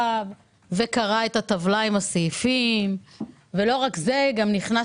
קרא את הטבלה עם הסעיפים וגם נכנס